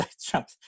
Trump